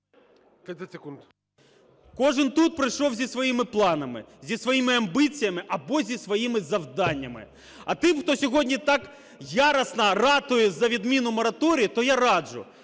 Кожен тут прийшов зі своїми планами, зі своїми амбіціями або зі своїми завданнями. А тим, хто сьогодні так яростно ратує за відміну мораторію, то я раджу: